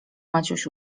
maciuś